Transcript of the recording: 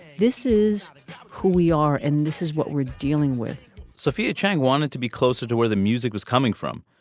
this is who we are. and this is what we're dealing with sophia chang wanted to be closer to where the music was coming from.